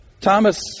Thomas